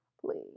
please